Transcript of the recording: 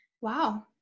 Wow